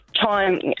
time